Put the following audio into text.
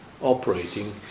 operating